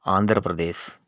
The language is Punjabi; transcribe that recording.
ਆਂਧਰਾ ਪ੍ਰਦੇਸ਼